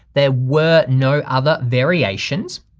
there were no other variations.